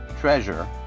treasure